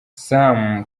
sam